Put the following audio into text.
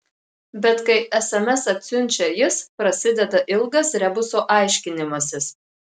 bet kai sms atsiunčia jis prasideda ilgas rebuso aiškinimasis